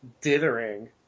dithering